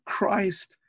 Christ